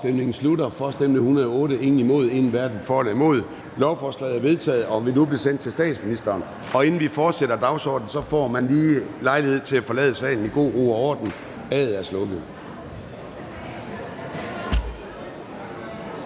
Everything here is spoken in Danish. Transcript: hverken for eller imod stemte 1 (Lars Boje Mathiesen (UFG)). Lovforslaget er vedtaget og vil nu blive sendt til statsministeren. Inden vi fortsætter med dagsordenen, får man lige lejlighed til at forlade salen i god ro og orden. --- Det